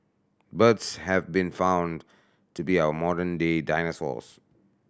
birds have been found to be our modern day dinosaurs